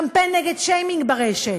קמפיין נגד שיימינג ברשת.